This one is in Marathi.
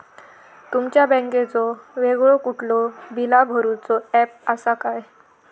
तुमच्या बँकेचो वेगळो कुठलो बिला भरूचो ऍप असा काय?